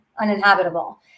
uninhabitable